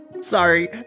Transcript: Sorry